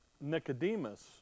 Nicodemus